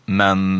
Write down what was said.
men